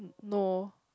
no